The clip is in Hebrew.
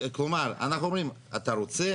כלומר, אנחנו אומרים אתה רוצה?